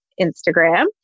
Instagram